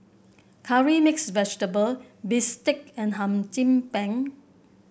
curry mix vegetable bistake and Hum Chim Peng